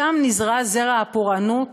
שם נזרע זרע הפורענות